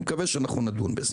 אני מקווה שאנחנו נדון בזה.